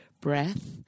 Breath